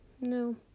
no